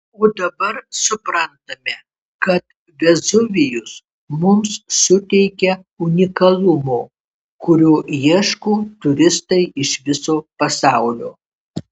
o dabar suprantame kad vezuvijus mums suteikia unikalumo kurio ieško turistai iš viso pasaulio